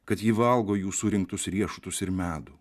kad ji valgo jų surinktus riešutus ir medų